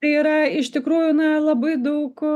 tai yra iš tikrųjų na labai daug